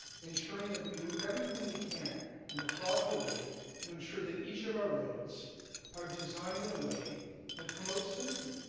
ensuring that we do everything we can in a thoughtful way to ensure that each of our roads are designed in a way that promote safety.